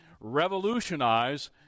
revolutionize